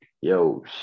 yo